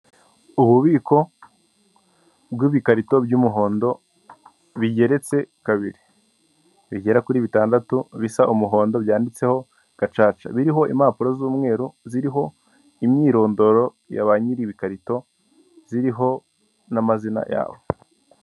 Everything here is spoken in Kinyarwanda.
Ububiko bw'ibikarito by'umuhondo bigeretse kabiri, bigera kuri bitandatu bisa umuhondo byanditseho gacaca, biriho impapuro z'umweru ziriho imyirondoro ya ba nyiri ibikarito ziriho n'amazina yabo.